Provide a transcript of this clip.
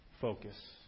focus